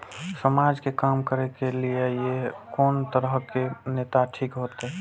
समाज के काम करें के ली ये कोन तरह के नेता ठीक होते?